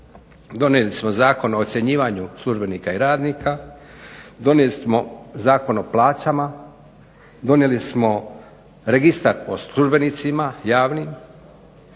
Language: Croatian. donijeli smo Zakon o ocjenjivanju službenika i radnika, donijeli smo Zakon o plaćama, donijeli smo registar o službenicima, javnim,